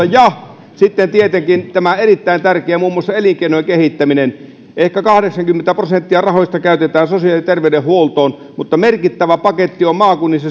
ja sitten tietenkin muun muassa erittäin tärkeä elinkeinojen kehittäminen ehkä kahdeksankymmentä prosenttia rahoista käytetään sosiaali ja terveydenhuoltoon mutta merkittävä paketti on